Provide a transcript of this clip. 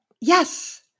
Yes